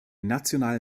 national